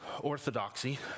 Orthodoxy